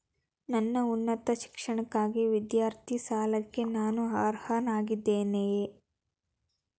ನನ್ನ ಉನ್ನತ ಶಿಕ್ಷಣಕ್ಕಾಗಿ ವಿದ್ಯಾರ್ಥಿ ಸಾಲಕ್ಕೆ ನಾನು ಅರ್ಹನಾಗಿದ್ದೇನೆಯೇ?